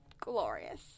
Glorious